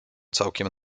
całkiem